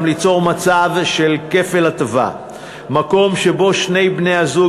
גם ליצור מצב של כפל הטבה מקום שבו שני בני-הזוג